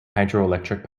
hydroelectric